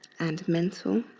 and mental